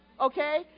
okay